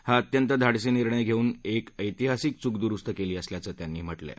हा अत्यंत धाडसी निर्णय घेऊन एक ऐतिहासिक चूक दुरुस्त केली असल्याचं त्यांनी म्हटलं आहे